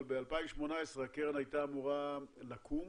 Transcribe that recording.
אבל ב-2018 הקרן היתה אמורה לקום,